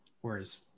Whereas